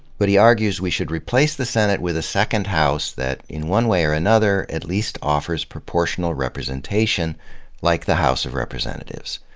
but he argues we should replace the senate with a second house that in one way or another at least offers proportional representation like the house of representatives.